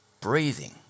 breathing